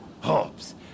Hops